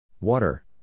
Water